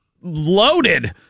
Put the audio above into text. loaded